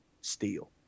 Steel